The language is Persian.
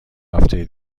هفته